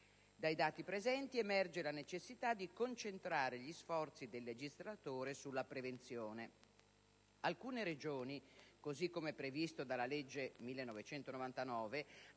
Dai dati presentati emerge la necessità di concentrare gli sforzi del legislatore sulla prevenzione. Alcune Regioni, così come previsto dalla legge n.